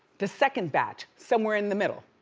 the second batch. somewhere in the middle.